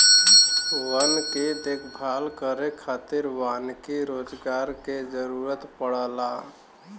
वन के देखभाल करे खातिर वानिकी रोजगार के जरुरत पड़ला